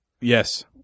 Yes